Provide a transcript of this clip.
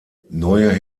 neue